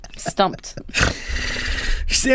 Stumped